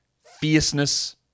fierceness